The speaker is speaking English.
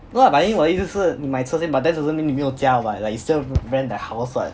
不是啦 but then 我的意思是你买车先 but that doesn't mean 你没有家 what like you still rent the house what